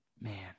Man